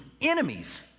enemies